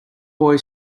boy